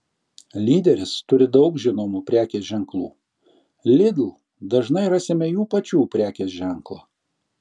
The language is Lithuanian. lyderis turi daug žinomų prekės ženklų lidl dažnai rasime jų pačių prekės ženklą